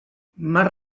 marc